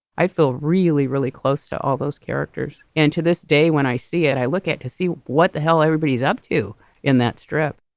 i feel really, really close to all those characters. and to this day when i see it, i look at to see what the hell everybody is up to in that strip